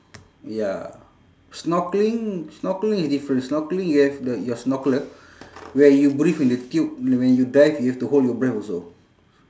ya snorkeling snorkeling is different snorkeling you have the your snorkeler where you breathe in the tube when you dive you have to hold your breath also